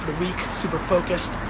the week. super focused,